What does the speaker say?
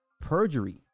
Perjury